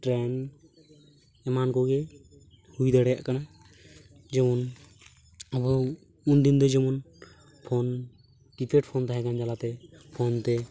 train ᱮᱢᱟᱱ ᱠᱚᱜᱮ ᱦᱩᱭ ᱫᱟᱲᱮᱭᱟᱜ ᱠᱟᱱᱟ ᱡᱮᱢᱚᱱ ᱟᱵᱚ ᱩᱱᱫᱤᱱ ᱫᱚ ᱡᱮᱢᱚᱱ ᱯᱷᱳᱱ ᱠᱤᱯᱮᱴ ᱯᱷᱳᱱ ᱛᱟᱦᱮᱸ ᱠᱟᱱᱟ ᱞᱟᱦᱟᱛᱮ ᱯᱷᱳᱱ ᱛᱮ